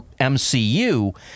MCU